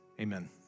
Amen